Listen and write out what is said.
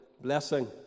blessing